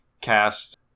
cast